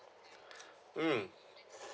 mm